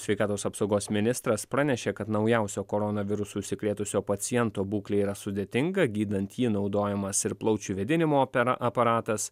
sveikatos apsaugos ministras pranešė kad naujausio koronavirusu užsikrėtusio paciento būklė yra sudėtinga gydant jį naudojamas ir plaučių vėdinimo aparatas